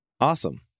awesome